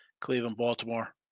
Cleveland-Baltimore